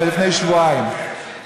לפני שבועיים,